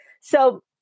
So-